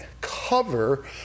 cover